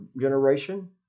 generation